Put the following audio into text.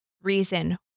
Reason